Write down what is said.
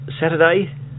Saturday